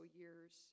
years